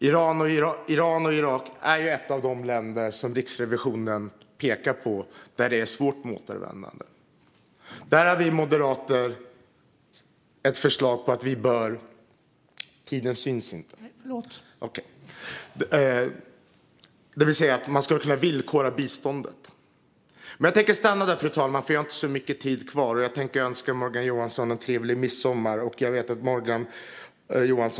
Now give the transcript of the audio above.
Iran och Irak är två av de länder som Riksrevisionen pekar på där det är svårt med återvändandet. Där har vi moderater ett förslag om att man skulle kunna villkora biståndet. Jag stannar där, för jag har inte så mycket tid kvar. Det finns en person bakom varje politiker, och jag vill önska Morgan Johansson en trevlig midsommar eftersom jag inte tror att vi kommer att ses innan dess.